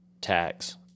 tax